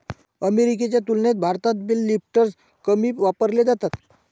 अमेरिकेच्या तुलनेत भारतात बेल लिफ्टर्स कमी वापरले जातात